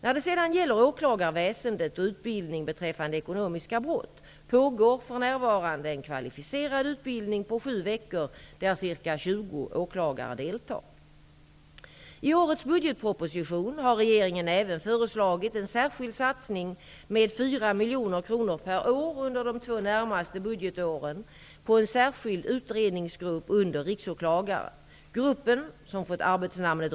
När det sedan gäller åklagarväsendet och utbildning beträffande ekonomiska brott pågår för närvarande en kvalificerad utbildning på sju veckor där ca 20 åklagare deltar. I årets budgetproposition har regeringen även föreslagit en särskild satsning med 4 miljoner kronor per år under de två närmaste budgetåren på en särskild utredningsgrupp under Riksåklagaren.